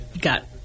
got